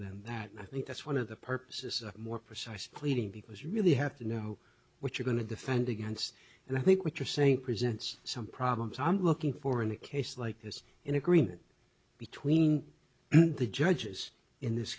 than that and i think that's one of the purposes more precise pleading because you really have to know what you're going to defend against and i think what you're saying presents some problems i'm looking for in a case like this in agreement between the judges in this